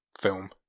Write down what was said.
film